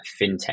fintech